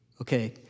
Okay